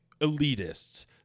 elitists